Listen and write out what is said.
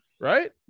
Right